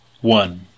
one